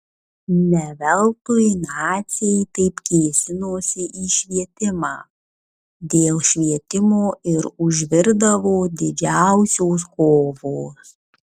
ne veltui naciai taip kėsinosi į švietimą dėl švietimo ir užvirdavo didžiausios kovos